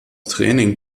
training